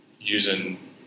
using